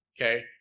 Okay